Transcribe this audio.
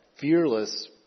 fearless